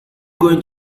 going